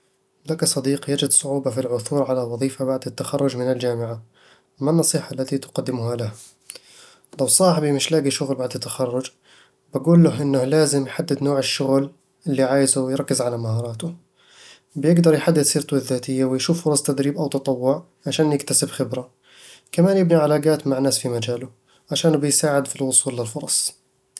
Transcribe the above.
لك صديق يجد صعوبة في العثور على وظيفة بعد التخرج من الجامعة. ما النصيحة التي تقدمها له؟ لو صاحبي مش لاقي شغل بعد التخرج، بقول له انه لازم يحدد نوع الشغل اللي عايزه ويركز على مهاراته بيقدر يحدث سيرته الذاتية ويشوف فرص تدريب أو تطوع عشان يكتسب خبرة كمان يبني علاقات مع ناس في مجاله، عشانه بيساعد في الوصول للفرص